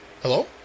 Hello